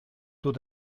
taux